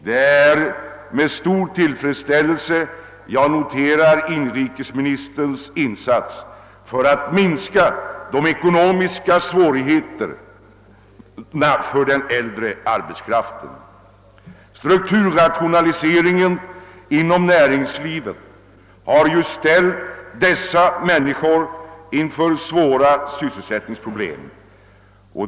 Det är med stor tillfredsställelse jag noterar inrikesministerns insats för att minska de ekonomiska svårigheterna för den äldre arbetskraften. Strukturrationaliseringen inom näringslivet har ställt dessa människor inför svåra sysselsättningsproblem.